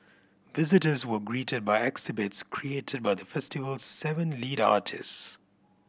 visitors were greeted by exhibits created by the festival's seven lead artists